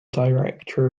director